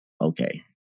okay